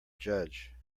judge